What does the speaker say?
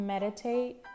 Meditate